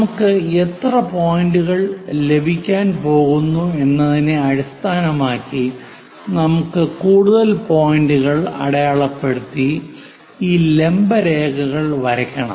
നമുക്ക് എത്ര പോയിന്റുകൾ ലഭിക്കാൻ പോകുന്നു എന്നതിനെ അടിസ്ഥാനമാക്കി നമുക്ക് കൂടുതൽ പോയിന്റുകൾ അടയാളപ്പെടുത്തി ഈ ലംബ രേഖകൾ വരയ്ക്കണം